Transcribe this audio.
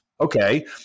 Okay